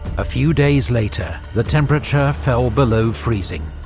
a few days later, the temperature fell below freezing.